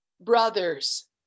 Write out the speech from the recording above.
Brothers